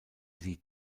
die